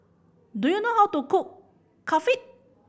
do you know how to cook Kulfi